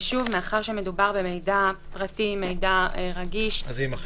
מאחר שמדובר במידע פרטי ורגיש, זה יימחק.